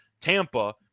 Tampa